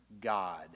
God